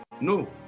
No